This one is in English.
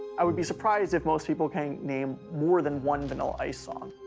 i would be surprised if most people can't name more than one vanilla ice song.